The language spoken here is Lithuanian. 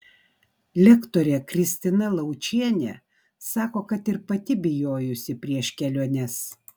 lektorė kristina laučienė sako kad ir pati bijojusi prieš keliones